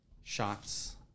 shots